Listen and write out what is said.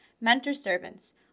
mentor-servants